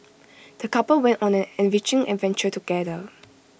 the couple went on an enriching adventure together